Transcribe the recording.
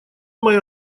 моя